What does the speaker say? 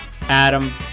Adam